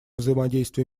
взаимодействие